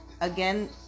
again